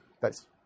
Thanks